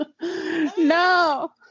No